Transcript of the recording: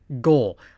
goal